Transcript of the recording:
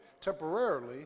temporarily